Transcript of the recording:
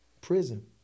prison